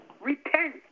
Repent